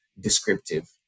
descriptive